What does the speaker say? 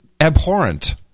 abhorrent